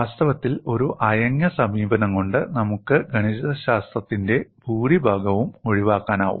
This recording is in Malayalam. വാസ്തവത്തിൽ ഒരു അയഞ്ഞ സമീപനം കൊണ്ട് നമുക്ക് ഗണിതശാസ്ത്രത്തിന്റെ ഭൂരിഭാഗവും ഒഴിവാക്കാനാകും